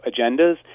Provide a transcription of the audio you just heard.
agendas